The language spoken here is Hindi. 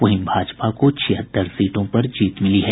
वहीं भाजपा को छिहत्तर सीटों पर जीत मिली है